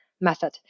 method